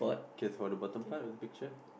okay for the bottom part of the picture